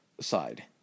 side